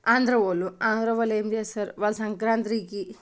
ఆంధ్ర వాళ్ళు ఆంధ్ర వాళ్ళు ఏం చేస్తారు వాళ్ళు సంక్రాంతికి